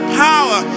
power